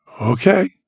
okay